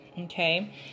Okay